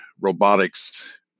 robotics